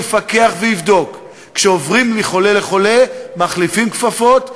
לפקח ולבדוק שכשעוברים מחולה לחולה מחליפים כפפות,